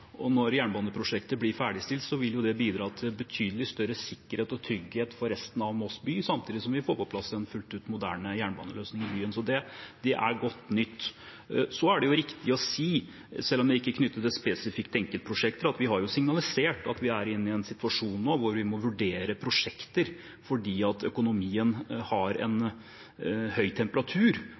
Når jernbaneprosjektet blir ferdigstilt, vil det bidra til betydelig større sikkerhet og trygghet for resten av Moss by, samtidig som vi får på plass en fullt ut moderne jernbaneløsning i byen. Så det er godt nytt. Så er det riktig å si, selv om det ikke er knyttet til spesifikke enkeltprosjekter, at vi har signalisert at vi er i en situasjon nå hvor vi må vurdere prosjekter, fordi økonomien har høy temperatur.